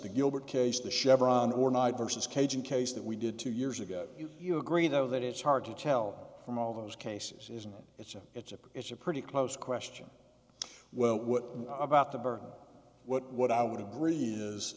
the gilbert case the chevron or not versus cajun case that we did two years ago you agree though that it's hard to tell from all those cases isn't it's a it's a it's a pretty close question well what about the birth what i would agree is